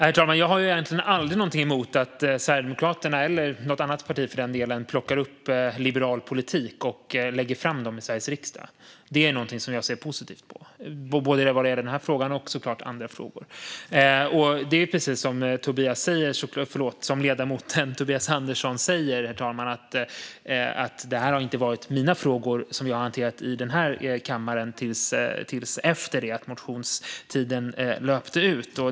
Herr talman! Jag har egentligen aldrig något emot att Sverigedemokraterna, eller något annat parti för den delen, plockar upp liberal politik och lägger fram dem i Sveriges riksdag. Det är något som jag ser positivt på, både vad gäller den här frågan och i andra frågor. Precis som Tobias säger - förlåt, ledamoten Tobias Andersson säger, herr talman - har det här inte varit mina frågor som jag har hanterat i kammaren förrän efter det att motionstiden löpte ut.